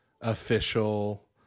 official